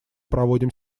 проводим